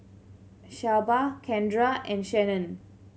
Shelba Kendra and Shannen